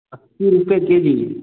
अस्सी रुपये के जी